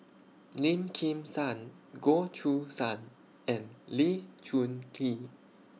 Lim Kim San Goh Choo San and Lee Choon Kee